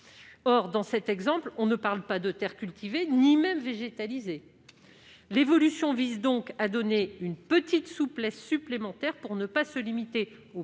Or, dans cet exemple, on ne parle pas de terres cultivées ni même végétalisées. L'évolution vise donc à permettre une petite souplesse supplémentaire, afin de ne pas se limiter au